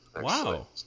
Wow